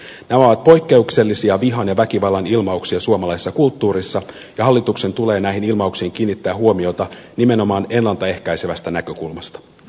nämä ovat poikkeuksellisia vihan ja väkivallan ilmauksia suomalaisessa kulttuurissa ja hallituksen tulee näihin ilmauksiin kiinnittää huomiota nimenomaan ennalta ehkäisevästä näkökulmasta